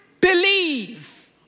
believe